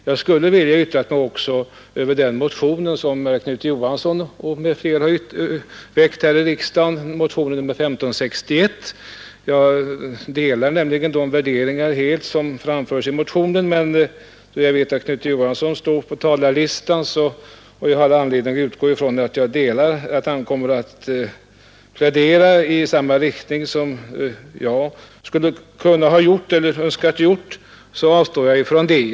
Jag skulle även ha velat yttra mig något om motionen 1561, som väckts här i riksdagen av herr Knut Johansson m.fl. Jag delar nämligen helt de värderingar, som framförts i motionen. Då jag vet att herr Knut Johansson står på talarlistan och då jag har anledning att utgå från att han kommer att plädera i samma riktning som jag skulle ha önskat göra, avstår jag från detta.